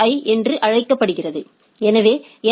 ஐ என்றும் அழைக்கப்படுகிறது எனவே என்